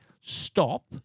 stop